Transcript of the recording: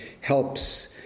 helps